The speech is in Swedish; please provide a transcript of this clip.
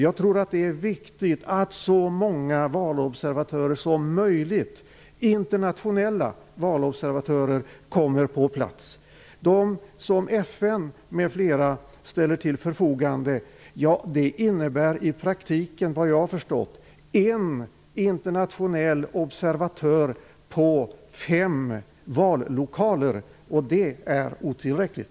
Jag tror att det är viktigt att så många internationella valobservatörer som möjligt kommer på plats. De som FN m.fl. ställer till förfogande innebär, såvitt jag har förstått, att det i praktiken blir en internationell observatör på fem vallokaler, och det är otillräckligt.